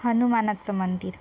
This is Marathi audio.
हनुमानाचं मंदिर